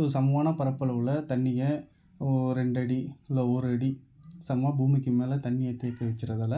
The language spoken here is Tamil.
ஸோ சமமான பரப்பளவுள தண்ணிய ரெண்டு அடி இல்லை ஒரு அடி சமமாக பூமிக்கு மேலே தண்ணியை தேக்கி வச்சுறதால